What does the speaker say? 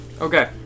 Okay